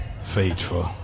faithful